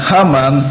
Haman